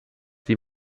die